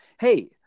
Hey